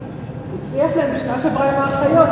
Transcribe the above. הצליח להם בשנה שעברה עם האחיות,